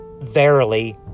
verily